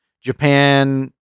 Japan